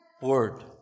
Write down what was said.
word